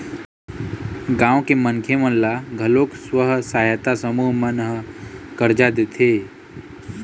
गाँव के मनखे मन ल घलोक स्व सहायता समूह मन ह करजा देथे